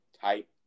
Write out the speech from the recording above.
type